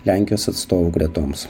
lenkijos atstovų gretoms